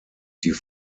die